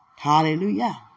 Hallelujah